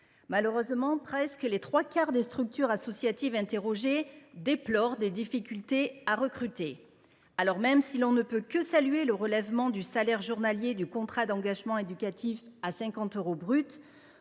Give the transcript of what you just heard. Malheureusement, presque les trois quarts des structures associatives interrogées déplorent des difficultés à recruter. Même si l’on ne peut que saluer le relèvement du salaire journalier du contrat d’engagement éducatif à 50 euros bruts,